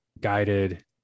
guided